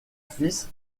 fils